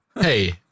Hey